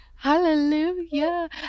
Hallelujah